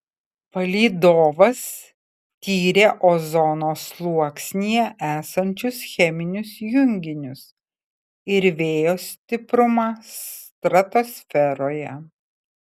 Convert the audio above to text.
palydovas tyrė ozono sluoksnyje esančius cheminius junginius ir vėjo stiprumą stratosferoje